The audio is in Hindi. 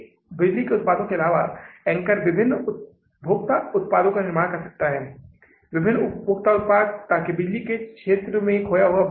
यह तिमाही के लिए लाभ और हानि खाते को एक साथ तीन महीने के लिए पूरे बजट के लिए होता है और वित्तीय बजट की समाप्ति बजटीय बैलेंस शीट से होती है